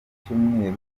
cyumweru